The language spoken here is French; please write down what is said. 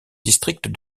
district